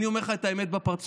אני אומר לך את האמת בפרצוף,